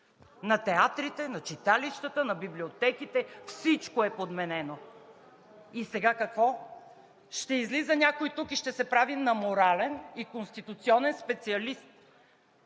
на театрите, на читалищата, на библиотеките. Всичко е подменено. И сега какво? Ще излиза някой тук и ще се прави на морален и конституционен специалист,